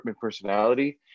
personality